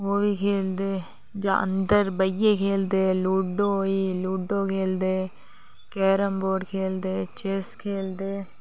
ओह् बी खेलदे जां अंदर बेहियैये खेलदे लोडो होई गई लोडो खेलदे कैरमबोट खेलदे चैस खेलदे